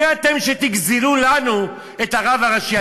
מי אתם שתגזלו לנו את הרב הראשי?